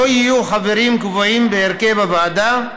לא יהיו חברים קבועים בהרכב הוועדה,